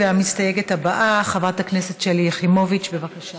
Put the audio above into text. המסתייגת הבאה, חברת הכנסת שלי יחימוביץ, בבקשה.